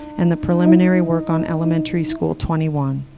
and the preliminary work on elementary school twenty one.